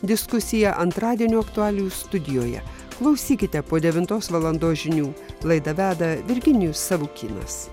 diskusija antradienio aktualių studijoje klausykite po devintos valandos žinių laidą veda virginijus savukynas